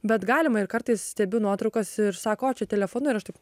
bet galima ir kartais stebiu nuotraukas ir sako o čia telefonu ir aš taip